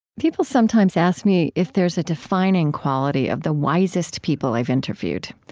people sometimes ask me if there's a defining quality of the wisest people i've interviewed.